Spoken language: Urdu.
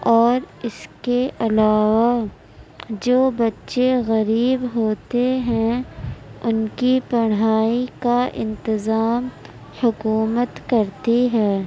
اور اس کے علاوہ جو بچے غریب ہوتے ہیں ان کی پڑھائی کا انتظام حکومت کرتی ہے